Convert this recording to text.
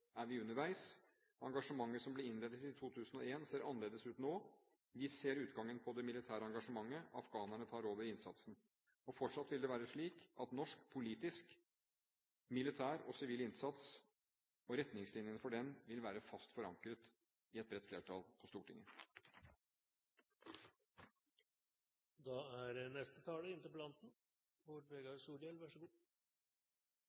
er vi underveis. Engasjementet som ble innledet i 2001, ser annerledes ut nå. Vi ser utgangen på det militære engasjementet, afghanerne tar over innsatsen. Fortsatt vil det være slik at retningslinjene for norsk, politisk, militær og sivil innsats vil være fast forankret i et bredt flertall på